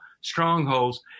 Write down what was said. strongholds